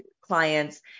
clients